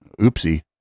oopsie